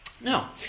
Now